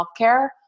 healthcare